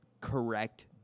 correct